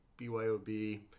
BYOB